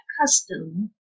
custom